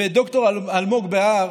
ד"ר אלמוג בהר,